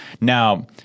Now